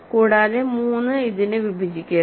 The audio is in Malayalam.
കൂടാതെ 3 ഇതിനെ വിഭജിക്കരുത്